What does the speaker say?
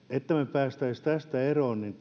pääsisimme tästä eroon